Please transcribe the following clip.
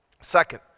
Second